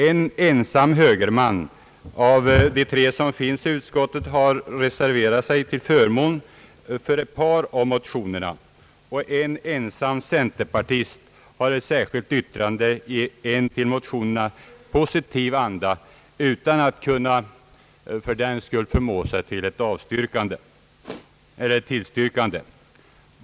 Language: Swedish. En ensam högerman av de tre, som finns i utskottet, har reserverat sig till förmån för ett par av motionerna, och en ensam centerpartist har avgett ett särskilt yttrande i en till motionerna positiv anda utan att fördenskull kunna förmå sig att tillstyrka motionerna.